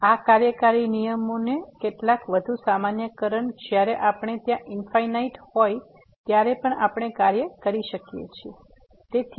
આ કાર્યકારી નિયમોના કેટલાક વધુ સામાન્યકરણ જ્યારે આપણે ત્યાં ઇન્ફાઈનાઈટ હોય ત્યારે પણ આપણે કાર્ય કરી શકીએ છીએ